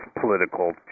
political